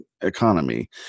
economy